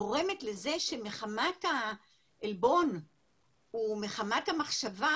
גורמת לזה שמחמת העלבון ומחמת המחשבה,